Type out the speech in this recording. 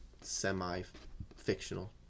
semi-fictional